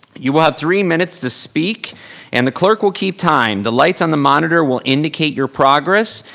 you will have three minutes to speak and the clerk will keep time. the lights on the monitor will indicate your progress.